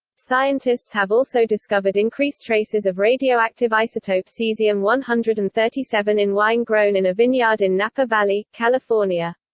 scientists have also discovered increased traces of radioactive isotope caesium one hundred and thirty seven in wine grown in a vineyard in napa valley, california.